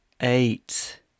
Eight